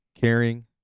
caring